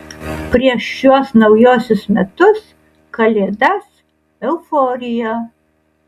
prieš šiuos naujuosius metus kalėdas euforija